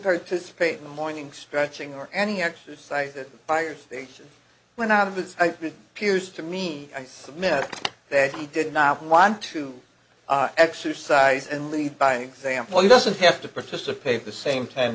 participate in the morning stretching or any exercise that fire station went out of its peers to mean i submit that he did not want to exercise and lead by example he doesn't have to participate the same time